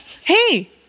hey